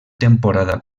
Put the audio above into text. temporada